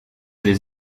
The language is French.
les